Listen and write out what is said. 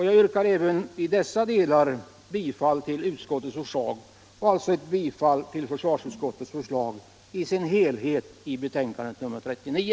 Jag yrkar även i dessa delar bifall till utskottets förslag och alltså bifall till försvarsutskottets förslag i dess helhet i betänkandet nr 39.